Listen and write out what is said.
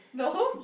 no